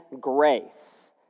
grace